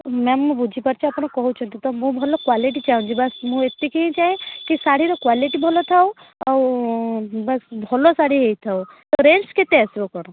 ma'am ମୁଁ ବୁଝି ପାରୁଛି ଆପଣ କହୁଛନ୍ତି ତ ମୁଁ ଭଲ କ୍ୱାଲିଟି ଚାଁହୁଛି ବାସ ମୁଁ ଏତିକି ହିଁ ଚାହେଁ କି ଶାଢୀର କ୍ୱାଲିଟି ଭଲ ଥାଉ ଆଉ ବାସ ଭଲ ଶାଢ଼ୀ ହୋଇଥାଉ ରେଞ୍ଜ କେତେ ଆସିବ କ'ଣ